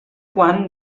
quan